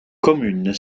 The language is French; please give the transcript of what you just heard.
commune